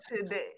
today